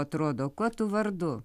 atrodo kuo tu vardu